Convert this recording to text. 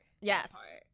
yes